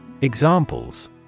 Examples